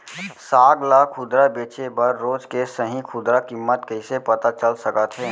साग ला खुदरा बेचे बर रोज के सही खुदरा किम्मत कइसे पता चल सकत हे?